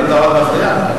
ואתה עוד מפריע?